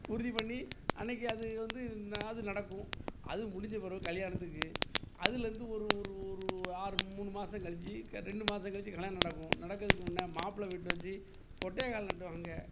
உறுதி பண்ணி அன்றைக்கி அது வந்து இன்னாது நடக்கும் அதுவும் முடிஞ்ச பிறவு கல்யாணத்துக்கு அதுலேருந்து ஒரு ஒரு ஒரு ஆறு மூணு மாதங் கழிச்சி க ரெண்டு மாதங் கழிச்சி கல்யாணம் நடக்கும் நடக்கிறதுக்கு முன்ன மாப்பிள வீட்டில் வச்சி கொட்டைக்கால் நட்டுவாங்க